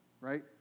Right